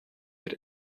wird